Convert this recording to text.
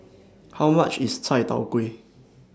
How much IS Chai Tow Kuay